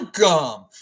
Welcome